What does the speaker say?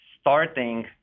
starting